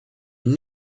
une